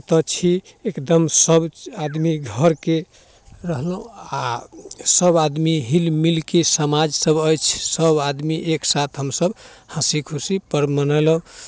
कतऽ छी एकदम सभ आदमी घरके रहलहुँ आओर सभ आदमी हिलमिलके समाज सभ अछि सभ आदमी एकसाथ हमसभ हँसी खुशी पर्ब मनेलहुँ